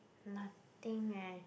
nothing eh